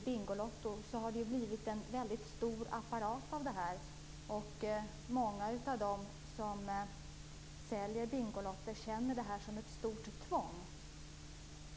Bingolotto har utvecklats till en stor apparat. Många av dem som säljer Bingolotter känner ett stort tvång.